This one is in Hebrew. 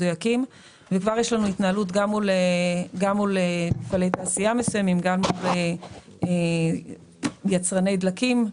וכבר יש לנו התנהלות מול מפעלי תעשייה מסוימים ומול יצרני דלקים,